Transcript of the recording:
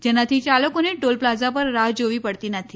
જેનાથી ચાલકોને toll plaza પર રાહ જોવી પડતી નથી